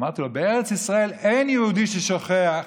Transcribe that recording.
אמר לו: בארץ ישראל אין יהודי ששוכח